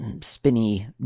spinny